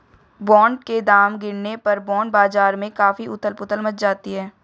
bond के दाम गिरने पर बॉन्ड बाजार में काफी उथल पुथल मच जाती है